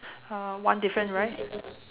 uh one different right